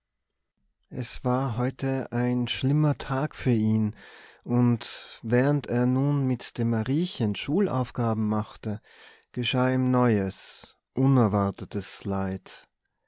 es war heute ein schlimmer tag für ihn und während er nun mit dem mariechen schulaufgaben machte geschah ihm neues unerwartetes leid